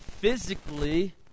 physically